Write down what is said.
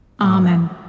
Amen